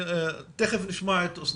תיכף נשמע את אסנת,